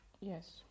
Yes